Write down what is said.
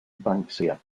banksia